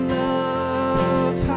love